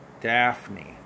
Daphne